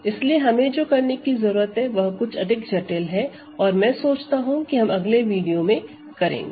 इसलिए हमें जो करने की जरूरत है वह कुछ अधिक जटिल है और मैं सोचता हूं कि हम यह अगले वीडियो में करेंगे